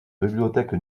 bibliothèque